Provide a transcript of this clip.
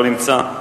לא נמצא.